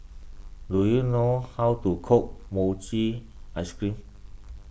do you know how to cook Mochi Ice Cream